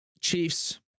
Chiefs